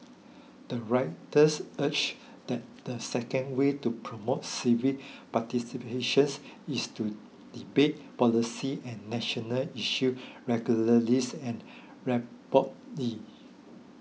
the writers urge that the second way to promote civic participation is to debate policy and national issues regularly and